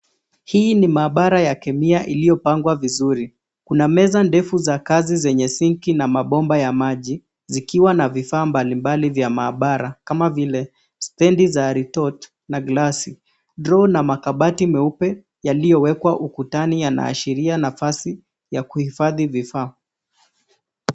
Hii ni maabara ya keia iliyopangwa vizuri, kuna meza ndefu za kazi zenye sinki na mabomba ya maji zikiwa na vifaa mbalimbali vya maabara kama vile stendi za ritot na glasi. Droo na makabati meupe yaliyowekwa ukutani yanaashiria nafasi ya kuhifadhi vifaa.